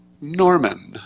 Norman